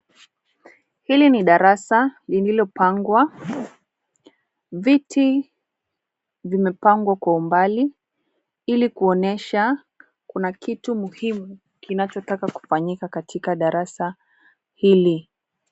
Hili ni darasa lililopangwa. Viti vimepangwa kwa umbali ili kuonyesha kuna kitu muhimu kinachotaka kufanyika katika darasa hili.